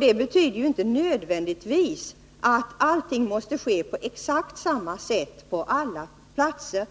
Det betyder inte nödvändigtvis att allt måste ske på exakt samma sätt på alla platser.